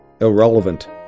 irrelevant